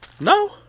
No